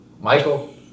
Michael